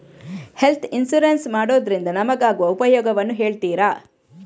Health insurance ಮಾಡೋದ್ರಿಂದ ನಮಗಾಗುವ ಉಪಯೋಗವನ್ನು ಹೇಳ್ತೀರಾ?